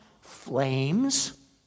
flames